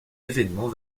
événements